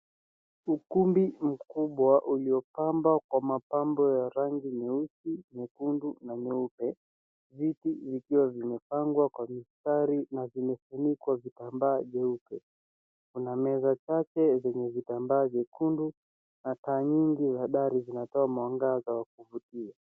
Ukumbi mkubwa uliopambwa kwa mapambo ya rangi nyeusi, nyekundu na nyeupe, viti bikiwa vimepangwa kwa mistari na vimefunikwa vitambaa vyeupe. Kuna meza chache zenye vitambaa vyekundu na taa nyingi za dari zinatoa mwangaza wa kuvutia.